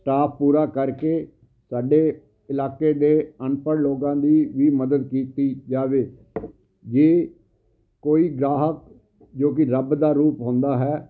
staff ਪੂਰਾ ਕਰਕੇ ਸਾਡੇ ਇਲਾਕੇ ਦੇ ਅਨਪੜ੍ਹ ਲੋਕਾਂ ਦੀ ਵੀ ਮਦਦ ਕੀਤੀ ਜਾਵੇ ਜੇ ਕੋਈ ਗਾਹਕ ਜੋ ਕਿ ਰੱਬ ਦਾ ਰੂਪ ਹੁੰਦਾ ਹੈ